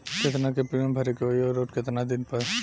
केतना के प्रीमियम भरे के होई और आऊर केतना दिन पर?